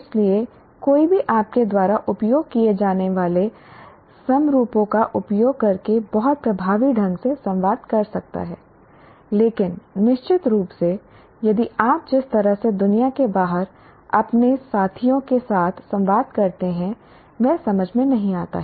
इसलिए कोई भी आपके द्वारा उपयोग किए जाने वाले समरूपों का उपयोग करके बहुत प्रभावी ढंग से संवाद कर सकता है लेकिन निश्चित रूप से यदि आप जिस तरह से दुनिया के बाहर अपने साथियों के साथ संवाद करते हैं वह समझ में नहीं आता है